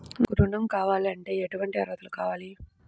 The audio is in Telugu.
నాకు ఋణం కావాలంటే ఏటువంటి అర్హతలు కావాలి?